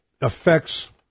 affects